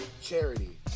charity